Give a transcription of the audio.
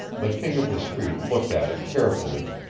the king of the street looked at it carefully,